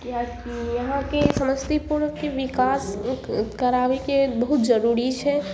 किएकि यहाँके समस्तीपुरके विकास कराबैके बहुत जरूरी छै